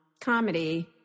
comedy